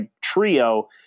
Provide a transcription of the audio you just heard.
trio